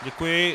Děkuji.